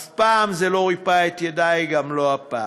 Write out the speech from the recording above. אף פעם זה לא ריפה את ידי, גם לא הפעם,